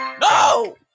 no